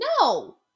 No